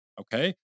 Okay